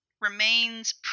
Remains